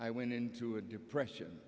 i went into a depression